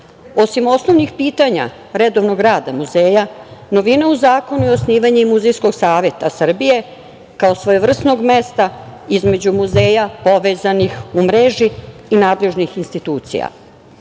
osnovnim pitanja redovnog rada muzeja novina u zakonu je osnivanje Muzejskog saveta Srbije kao svojevrsnog mesta između muzeja povezanih u mreži i nadležnih institucija.